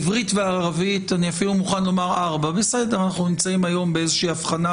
עברית וערבית אנחנו נמצאים היום בהבחנה